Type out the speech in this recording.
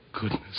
goodness